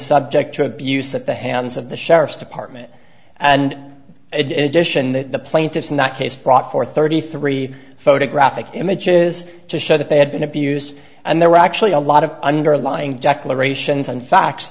subject to abuse at the hands of the sheriff's department and addition that the plaintiffs in that case brought forth thirty three photographic images to show that they had been abused and there were actually a lot of underlying declarations and fact